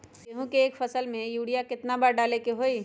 गेंहू के एक फसल में यूरिया केतना बार डाले के होई?